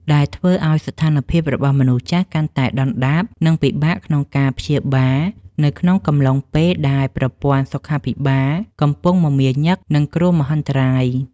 ដែលធ្វើឱ្យស្ថានភាពរបស់មនុស្សចាស់កាន់តែដុនដាប និងពិបាកក្នុងការព្យាបាលនៅក្នុងកំឡុងពេលដែលប្រព័ន្ធសុខាភិបាលកំពុងមមាញឹកនឹងគ្រោះមហន្តរាយ។